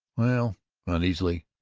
well uneasily.